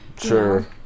Sure